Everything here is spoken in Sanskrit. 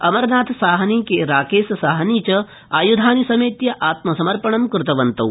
अमरनाथ साहनी राकेशसाहनी च आयुधानि समेत्य आत्मसमर्पणं कृतवन्तौ